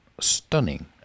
stunning